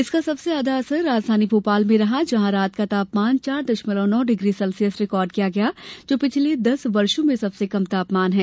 इसका सबसे ज्यादा असर राजधानी भोपाल में रहा जहां रात का तापमान चार दशमलव नौ डिग्री सेल्सियस रिकार्ड किया गया जो पिछले दस वर्षो में सबसे कम तापमान है